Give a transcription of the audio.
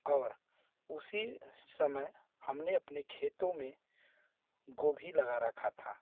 और उसी समय हमने अपने खेतों में गोभी लगा रखा था